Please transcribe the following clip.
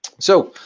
so,